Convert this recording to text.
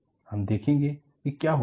हम देखेंगे कि क्या होता है